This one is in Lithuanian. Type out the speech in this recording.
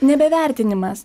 nebe vertinimas